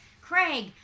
Craig